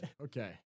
Okay